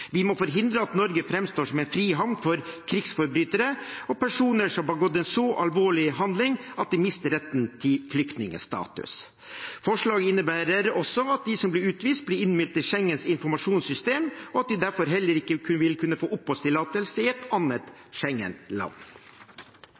Vi må forhindre at Norge framstår som en frihavn for krigsforbrytere og personer som har begått en så alvorlig handling at de mister retten til flyktningstatus. Forslaget innebærer også at de som blir utvist, blir innmeldt i Schengens informasjonssystem, og at de derfor heller ikke vil kunne få oppholdstillatelse i et annet